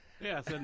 Yes